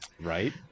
Right